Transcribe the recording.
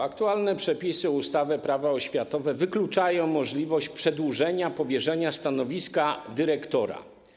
Aktualne przepisy ustawy - Prawo oświatowe wykluczają możliwość przedłużenia powierzenia stanowiska dyrektora.